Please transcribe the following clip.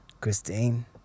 Christine